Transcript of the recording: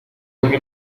porque